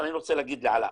אני רוצה גם להגיד לעלא,